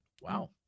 Wow